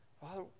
father